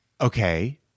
okay